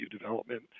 development